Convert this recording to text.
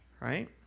Right